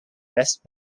west